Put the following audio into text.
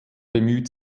bemüht